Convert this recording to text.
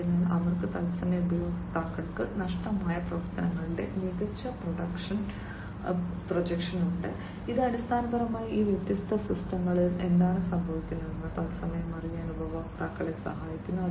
അതിനാൽ അവർക്ക് തത്സമയം ഉപഭോക്താക്കൾക്ക് നഷ്ടമായ പ്രവർത്തനങ്ങളുടെ മികച്ച പ്രൊജക്ഷൻ ഉണ്ട് ഇത് അടിസ്ഥാനപരമായി ഈ വ്യത്യസ്ത സിസ്റ്റങ്ങളിൽ എന്താണ് സംഭവിക്കുന്നതെന്ന് തത്സമയം അറിയാൻ ഉപഭോക്താക്കളെ സഹായിക്കുന്നു